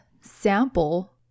sample